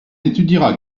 étudiera